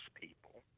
people